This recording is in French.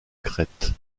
crête